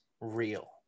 real